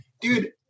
Dude